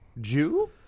Jew